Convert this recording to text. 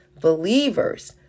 believers